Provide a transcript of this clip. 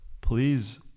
Please